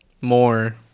more